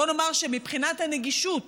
בואו נאמר שמבחינת הנגישות